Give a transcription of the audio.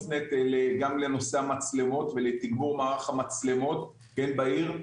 מופנית לנושא המצלמות ולתגבור מערך המצלמות בעיר.